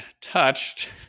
touched